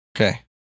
Okay